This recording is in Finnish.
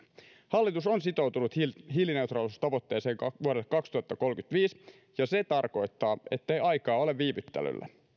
hallitus on sitoutunut hiilineutraalisuustavoitteeseen vuodelle kaksituhattakolmekymmentäviisi ja se tarkoittaa ettei aikaa ole viivyttelylle